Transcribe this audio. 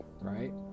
right